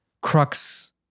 crux